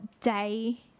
day